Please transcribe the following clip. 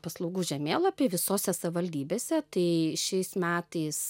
paslaugų žemėlapį visose savivaldybėse tai šiais metais